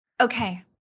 Okay